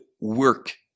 work